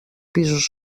pisos